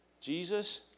Jesus